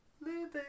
Living